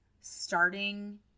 starting